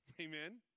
Amen